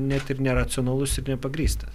net ir neracionalus nepagrįstas